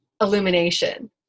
illumination